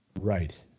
Right